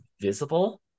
visible